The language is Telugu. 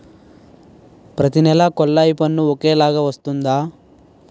ప్రతి నెల కొల్లాయి పన్ను ఒకలాగే వస్తుందా?